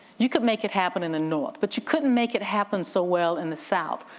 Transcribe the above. you could make it happen in the north, but you couldn't make it happen so well in the south,